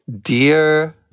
Dear